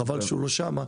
וחבל שהוא לא שם.